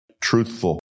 truthful